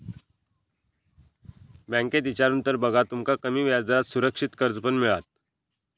बँकेत इचारून तर बघा, तुमका कमी व्याजदरात सुरक्षित कर्ज पण मिळात